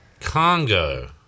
Congo